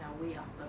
ya way after